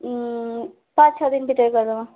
ଚାର୍ ଛଅ ଦିନ୍ ଭିତରେ କର୍ଦମାଁ